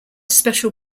special